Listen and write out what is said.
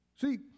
See